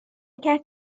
کرد